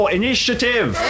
initiative